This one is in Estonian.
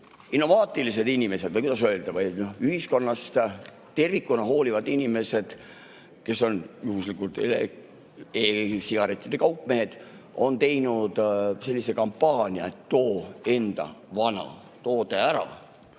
innovaatilised inimesed või kuidas öelda, ühiskonnast tervikuna hoolivad inimesed, kes on juhuslikult e-sigarettide kaupmehed, on teinud sellise kampaania, et too enda vana toode ära.